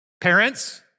Parents